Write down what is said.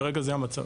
כרגע, זה המצב.